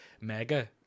mega